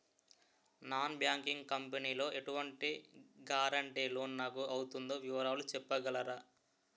Non banking company లో ఎటువంటి guarantee loan నాకు అవుతుందో వివరాలు చెప్పగలరా?